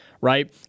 right